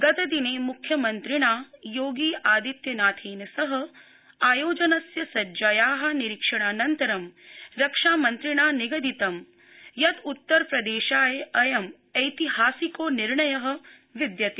गतदिने म्ख्यमन्त्रिणा योगि आदित्यनाथेन सह आयोजनस्य सज्जाया निरीक्षणानन्तरं रक्षामन्त्रिणा निगदितं यद् उत्तरप्रदेशाय अयम् ऐतिहासिको निर्णय विद्यते